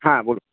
হ্যাঁ বলুন